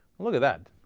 look at that.